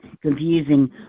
confusing